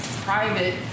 private